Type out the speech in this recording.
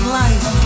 life